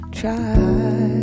try